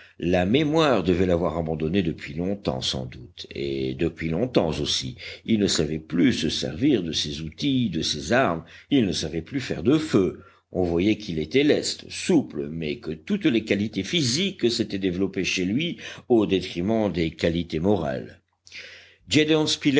la mémoire devait l'avoir abandonné depuis longtemps sans doute et depuis longtemps aussi il ne savait plus se servir de ses outils de ses armes il ne savait plus faire de feu on voyait qu'il était leste souple mais que toutes les qualités physiques s'étaient développées chez lui au détriment des qualités morales